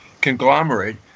conglomerate